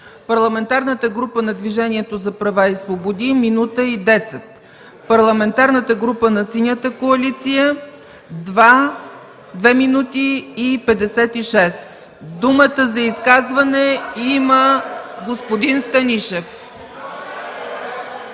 Парламентарната група на Движението за права и свободи – минута и 10 секунди; - Парламентарната група на Синята коалиция – 2 минути и 56 секунди. Думата за изказване има господин Станишев.